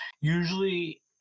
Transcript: usually